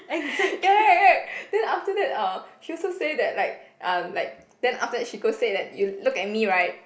ya ya right right then after that uh she also say that like uh like then after that she go say that you look at me right